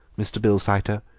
mr. bilsiter,